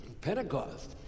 Pentecost